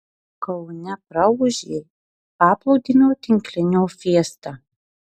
kaune praūžė paplūdimio tinklinio fiesta